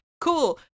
Cool